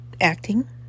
acting